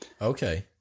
Okay